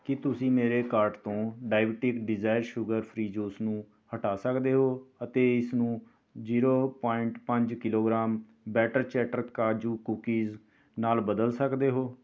ਕੀ ਤੁਸੀਂ ਮੇਰੇ ਕਾਰਟ ਤੋਂ diabetic desire sugar free juice ਨੂੰ ਹਟਾ ਸਕਦੇ ਹੋ ਅਤੇ ਇਸ ਨੂੰ ਜ਼ੀਰੋ ਪੁਆਇੰਟ ਪੰਜ kilogram better chatter kaju cookies ਨਾਲ ਬਦਲ ਸਕਦੇ ਹੋ